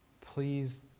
please